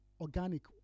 organic